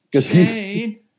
Shane